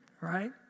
right